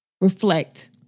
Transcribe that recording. Reflect